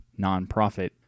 nonprofit